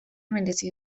merezi